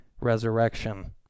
resurrection